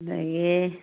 ꯑꯗꯨꯗꯒꯤ